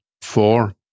Four